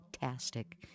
fantastic